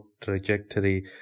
trajectory